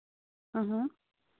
اَہن حظ